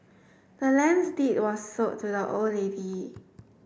the land's deed was sold to the old lady